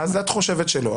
את חושבת שלא.